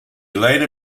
later